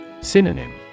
Synonym